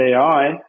AI